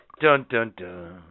Dun-dun-dun